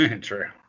true